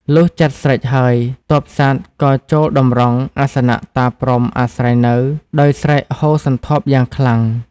លុះចាត់ស្រេចហើយទ័ពសត្វក៏ចូលតម្រង់ អាសនៈតាព្រហ្មអាស្រ័យនៅដោយស្រែកហ៊ោសន្ធាប់យ៉ាងខ្លាំង។